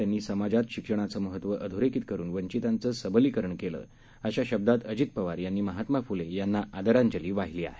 त्यांनी समाजात शिक्षणाचं महत्व अधोरेखित करून वंचितांचं सबलीकरण केलं अशा शब्दात अजित पवार यांनी महात्मा फुले यांना आंदराजली वाहिली आहे